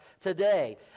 today